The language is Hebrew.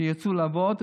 שיצאו לעבוד,